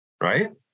right